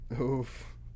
Oof